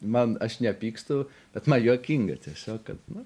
man aš nepykstu bet man juokinga tiesiog kad na